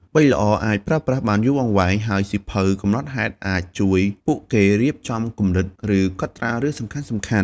ប៊ិចល្អអាចប្រើប្រាស់បានយូរអង្វែង ហើយសៀវភៅកំណត់ហេតុអាចជួយពួកគេរៀបចំគំនិត ឬកត់ត្រារឿងសំខាន់ៗ។